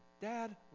dad